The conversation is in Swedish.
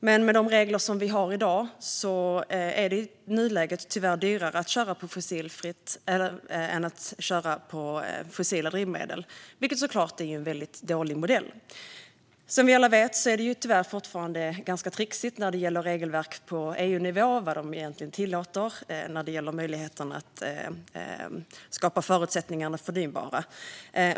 Men med de regler som vi har i dag är det i nuläget tyvärr dyrare att köra på fossilfritt än på fossila drivmedel, vilket såklart är en väldigt dålig modell. Som vi alla vet är det tyvärr fortfarande ganska trixigt när det gäller regelverk på EU-nivå och vad de egentligen tillåter när det gäller möjligheten att skapa förutsättningar för det förnybara.